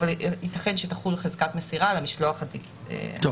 אבל ייתכן שתחול חזקת מסירה על המשלוח הדיגיטלי.